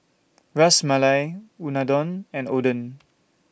Ras Malai Unadon and Oden